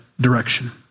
direction